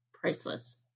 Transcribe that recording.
priceless